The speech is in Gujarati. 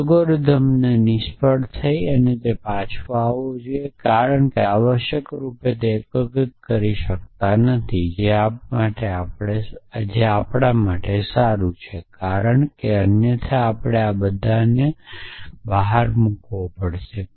અલ્ગોરિધમનો નિષ્ફળતા પાછો આવવો જોઈએ કે આપણે આ આવશ્યકરૂપે એકીકૃત કરી શકતા નથી જે આપણા માટે સારું છે કારણ કે અન્યથા આપણા બધાને આહાર કરવો પડશે